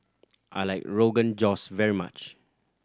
I like Rogan Josh very much